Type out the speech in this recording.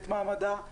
את מעמדה,